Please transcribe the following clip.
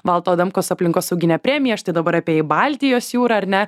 valdo adamkaus aplinkosauginę premiją štai dabar apėjai baltijos jūrą ar ne